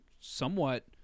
somewhat